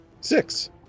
six